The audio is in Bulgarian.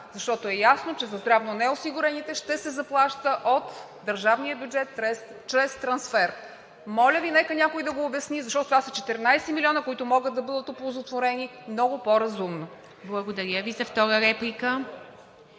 защото е ясно, че за здравно неосигурените ще се заплаща от държавния бюджет чрез трансфер. Моля Ви, нека някой да го обясни, защото това са 14 милиона, които могат да бъдат оползотворени много по-разумно. ПРЕДСЕДАТЕЛ ИВА МИТЕВА: